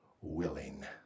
willing